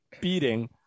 beating